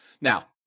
Now